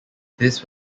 this